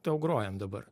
tau grojant dabar